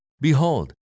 Behold